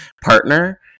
partner